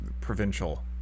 provincial